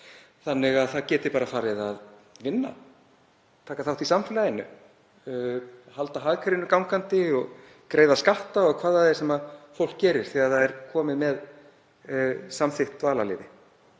þannig að það gæti bara farið að vinna, taka þátt í samfélaginu, halda hagkerfinu gangandi og greiða skatt og hvað það er sem fólk gerir þegar það er komið með samþykkt dvalarleyfi.